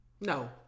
No